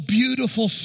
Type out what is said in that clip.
beautiful